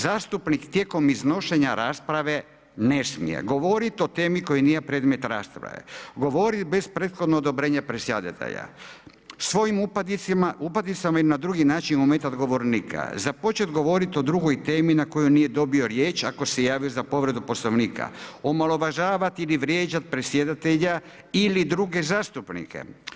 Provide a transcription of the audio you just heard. Zastupnik tijekom iznošenja rasprave ne smije govoriti o temi koji nije predmet rasprave, govoriti bez prethodnog odobrenja predsjedatelja, svojim upadicama i na drugi način ometati govornika, započeti govoriti o drugoj temi, na koju nije dobio riječ, ako se javio za povredu poslovnika, omalovažavati ili vrijeđati predsjedatelja ili druge zastupnike.